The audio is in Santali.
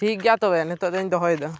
ᱴᱷᱤᱠ ᱜᱮᱭᱟ ᱛᱚᱵᱮ ᱱᱤᱛᱚᱜ ᱫᱚᱧ ᱫᱚᱦᱚᱭᱮᱫᱟ